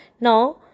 Now